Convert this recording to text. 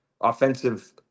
offensive